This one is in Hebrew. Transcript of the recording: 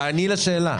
תעני לשאלה.